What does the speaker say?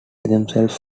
themselves